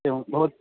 एवं भवत्